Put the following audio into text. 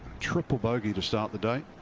triple bogey to start the